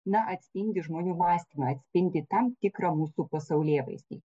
na atspindi žmonių mąstymą atspindi tam tikrą mūsų pasaulėvaizdį